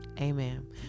amen